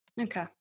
Okay